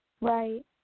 Right